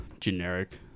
generic